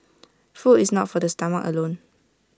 food is not for the stomach alone